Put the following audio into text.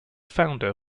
founder